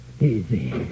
easy